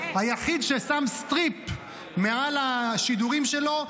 היחיד ששם סטריפ מעל השידורים שלו: